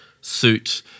suit